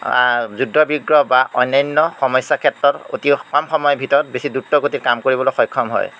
যুদ্ধ বিগ্ৰহ বা অন্যান্য সমস্যাৰ ক্ষেত্ৰত অতি কম সময়ৰ ভিতৰত বেছি দ্ৰুত গতি কাম কৰিবলৈ সক্ষম হয়